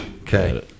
Okay